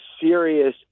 serious